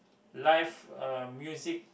live uh music